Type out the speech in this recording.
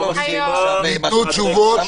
ניתנו תשובות.